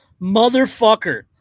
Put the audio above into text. Motherfucker